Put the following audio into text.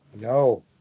No